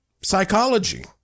psychology